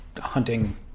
hunting